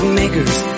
makers